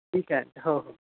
ठीक आहे हो हो